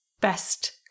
best